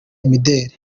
imideri